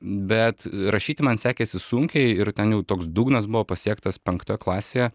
bet rašyti man sekėsi sunkiai ir ten jau toks dugnas buvo pasiektas penktoj klasėje